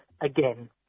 again